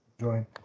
join